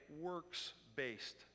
works-based